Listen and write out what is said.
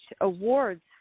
awards